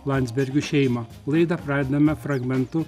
landsbergių šeimą laidą pradedame fragmentu